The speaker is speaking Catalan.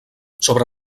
sobre